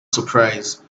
surprise